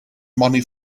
money